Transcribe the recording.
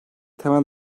temel